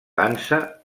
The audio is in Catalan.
dansa